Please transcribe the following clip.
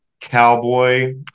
cowboy